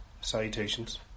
Salutations